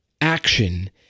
action